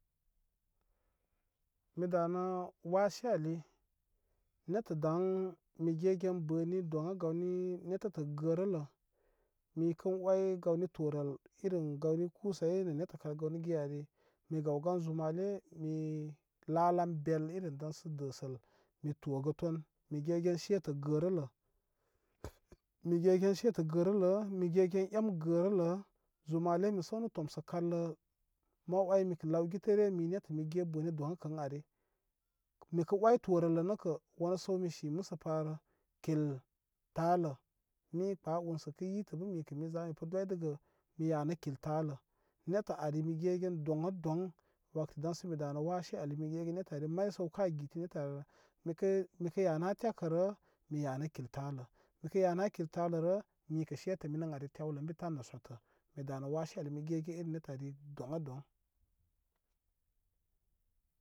Mi da nə wase ali nettə daŋ mi ge gen bəni doŋ a gawni netətə gərələ mikən oy gawni torəl irin gawni kusa yi nə nettə kar gawni giya ari mi gawgan zumale mi lalan bel enə dansədəsəl mi togəton mi gegen setə gərələ migegen setə gərələ migegen em gərələ zumate mi səwnə tomsə kallə ma oymikə law gitere mige bəni doŋa kə ən ari mikə oy torəl nəkə wansə mi si məsəparə kil talə mi kpə unsə kə yitə bə mikə mi za mipə doydəgə mi yanə kil talə nettə ari mi ge gen doŋ a doŋ wakati daŋsə mi danə wase ali mi gegen netari may səw ka gitə netarirə mikə mikə yanə a tekərə mi yanə kil talə mikə yanə kil talərə mikə setə mini ari tiwlə ən bi tan nə sotə mi danə wase ali mi ge gen neta ri doŋa doŋ.